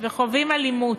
וחווים אלימות,